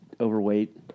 overweight